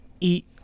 eat